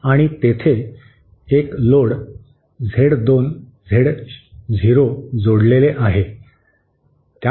आणि तेथे एक लोड Z2 Z0 जोडलेले आहे